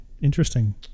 Interesting